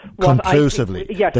conclusively